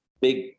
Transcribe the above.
big